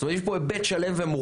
זאת אומרת יש פה היבט שלם ומורכב,